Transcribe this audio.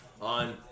on